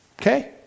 Okay